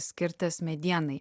skirtas medienai